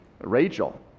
Rachel